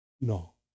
no